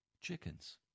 chickens